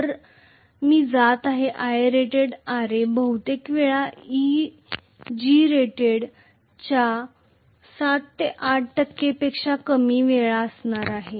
तर मी जात आहे IaratedRa बहुतेक वेळा Egrated च्या 7 ते 8 टक्के पेक्षा कमी वेळा असणार आहे